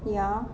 ya